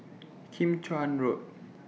Kim Chuan Road